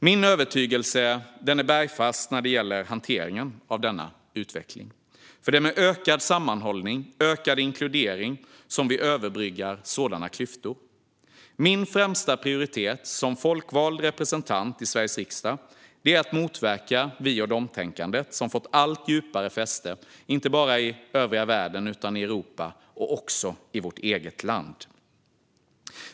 Min övertygelse är bergfast när det gäller hanteringen av denna utveckling. Det är med ökad sammanhållning och ökad inkludering som vi överbryggar sådana klyftor. Min främsta prioritet som folkvald representant i Sveriges riksdag är att motverka vi-och-de-tänkandet, som fått allt djupare fäste, inte bara i övriga världen utan också i Europa och i vårt eget land.